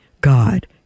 God